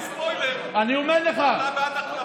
אז בוא תגיד לנו עכשיו.